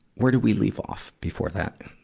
where did we leave off before that?